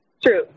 true